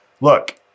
look